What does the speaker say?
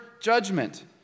judgment